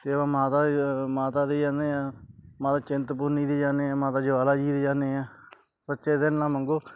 ਅਤੇ ਆਪਾਂ ਮਾਤਾ ਦੇ ਮਾਤਾ ਦੇ ਜਾਂਦੇ ਹਾਂ ਮਾਤਾ ਚਿੰਤਪੂਰਨੀ ਦੇ ਜਾਂਦੇ ਹਾਂ ਮਾਤਾ ਜਵਾਲਾ ਜੀ ਦੇ ਜਾਂਦੇ ਹਾਂ ਸੱਚੇ ਦਿਲ ਨਾਲ ਮੰਗੋ